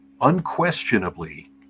unquestionably